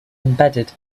embedded